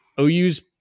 OU's